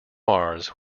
mars